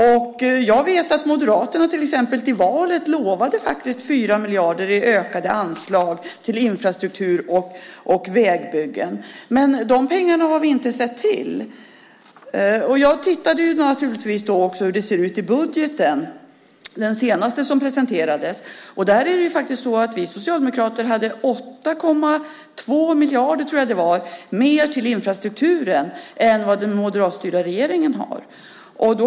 I valrörelsen lovade Moderaterna till exempel 4 miljarder i ökade anslag till infrastruktur och vägbyggen, men de pengarna har vi inte sett till. Jag har naturligtvis också tittat på hur det ser ut i den budget som senast presenterades, och där har vi socialdemokrater jag tror det är 8,2 miljarder mer till infrastrukturen än vad den moderatstyrda regeringen har.